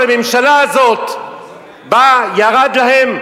של הממשלה הזאת ירד להם,